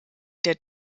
der